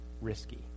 risky